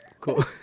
cool